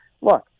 look